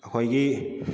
ꯑꯩꯈꯣꯏꯒꯤ